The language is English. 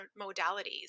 modalities